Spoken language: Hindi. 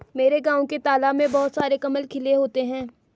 मेरे गांव के तालाब में बहुत सारे कमल खिले होते हैं